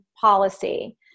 policy